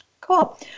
Cool